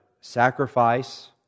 sacrifice